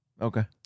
Okay